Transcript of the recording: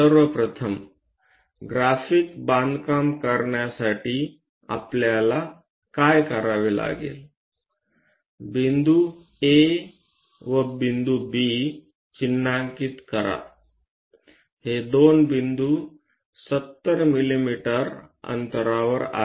सर्व प्रथम ग्राफिक बांधकाम करण्यासाठी आपल्याला काय करावे लागेल बिंदू A व B चिन्हांकित करा हे दोन बिंदू 70 मिमी अंतरावर आहेत